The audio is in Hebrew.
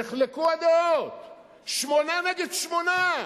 נחלקו הדעות: שמונה נגד שמונה.